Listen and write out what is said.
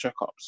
checkups